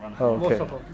Okay